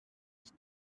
ich